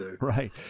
Right